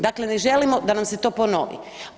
Dakle, ne želimo da nam se to ponovi.